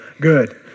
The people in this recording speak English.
Good